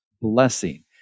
blessing